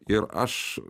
ir aš